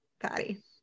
Patty